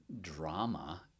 drama